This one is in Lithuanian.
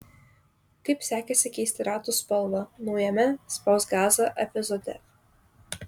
kaip sekėsi keisti ratų spalvą naujame spausk gazą epizode